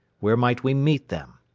where might we meet them?